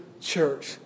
church